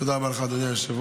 תודה רבה לך, אדוני היושב-ראש.